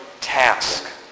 task